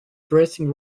dressing